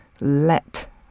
Let